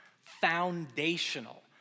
foundational